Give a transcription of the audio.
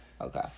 Okay